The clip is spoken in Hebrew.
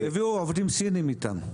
הם הביאו עובדים סינים איתם.